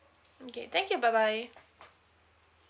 mm K thank you bye bye